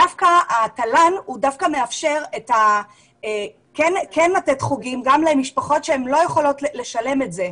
דווקא התל"ן מאפשר כן לתת חוגים גם למשפחות שלא יכולות לשלם את זה.